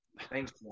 Thanks